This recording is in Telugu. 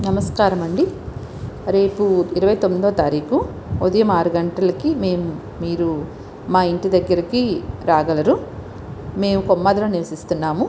నమస్కారం అండి రేపు ఇరవై తొమ్మిదో తారీకు ఉదయం ఆరు గంటలకీ మేము మీరు మా ఇంటి దగ్గరకి రాగలరు మేము కొమ్మాద్లో నివసిస్తున్నాము